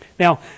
Now